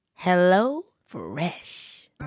HelloFresh